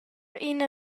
ina